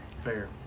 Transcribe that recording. Fair